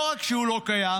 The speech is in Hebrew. לא רק שהוא לא קיים,